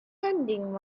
lending